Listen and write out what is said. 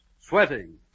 Sweating